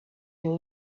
you